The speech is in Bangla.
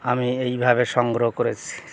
আমি এইভাবে সংগ্রহ করেছি